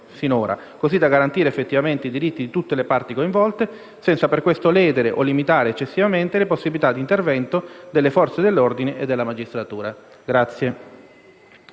così da garantire effettivamente i diritti di tutte le parti coinvolte senza per questo ledere o limitare eccessivamente le possibilità d'intervento delle Forze dell'ordine e della magistratura.